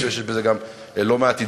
אני חושב שיש בזה גם לא מעט אידיאולוגיה.